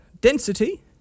Density